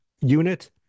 unit